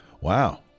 Wow